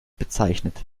bezeichnet